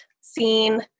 seen